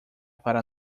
para